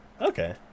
Okay